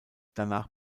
danach